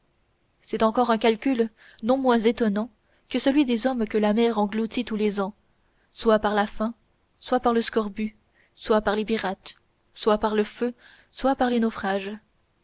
c'est encore un calcul non moins étonnant que celui des hommes que la mer engloutit tous les ans soit par la faim soit par le scorbut soit par les pirates soit par le feu soit par les naufrages